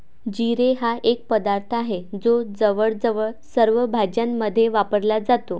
जिरे हा एक पदार्थ आहे जो जवळजवळ सर्व भाज्यांमध्ये वापरला जातो